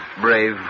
Brave